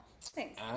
thanks